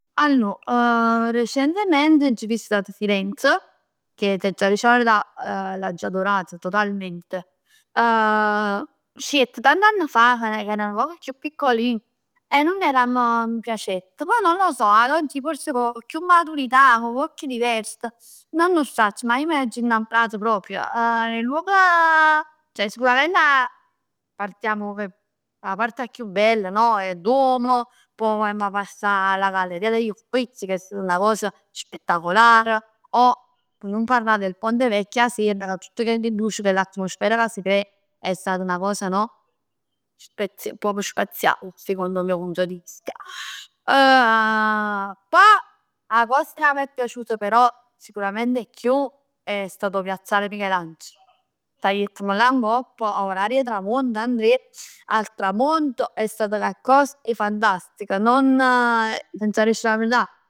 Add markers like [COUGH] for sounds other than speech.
Allor, [HESITATION] recentement aggio visitat Firenze che t'aggia dicere 'a verità l'aggio adorata, totalment. [HESITATION] C' jett tant'anni fa ca er nu poc chiù piccolin e nun era che nun m' piacett, però non lo so, ad oggi forse cu chiù maturità, cu uocchj divers, nun 'o sacc, ma io m'aggia innammorato proprj. I luoghi [HESITATION] ceh sicuramente 'a, partiamo cu 'a part chiù bella, il Duomo, poi amma passà 'a Galleria degli Uffizi che song 'na cosa spettacolar, p' nun parlà del ponte vecchio 'a ser ca tutt chelli luci, chell'atmosfera che si crea, è stata 'na cosa no? Spazial, proprio spazial, secondo il mio punto di vista. [HESITATION] Poj, 'a cosa che m'è piaciuta però sicurament 'e chiù è stato 'o Piazzal 'e Michelangelo. Sgliettm là ngopp, orario 'e tramonto Andrè, al tramonto è stata 'na cos fantastica, non, t'aggia dicere 'a verità